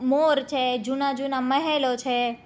મોર છે જૂના જૂના મહેલો છે